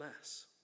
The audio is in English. less